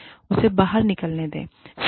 उसे बाहर निकलने दो